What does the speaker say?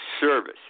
service